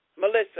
Melissa